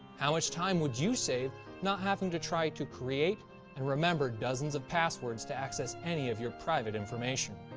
how much time would you save not having to try to create and remember dozens of passwords to access any of your private information?